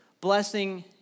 blessing